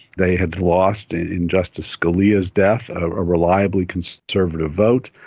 they had lost in justice scalia's death a reliably conservative vote.